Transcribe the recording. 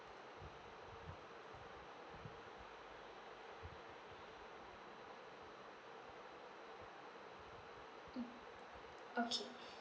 mm okay